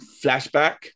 flashback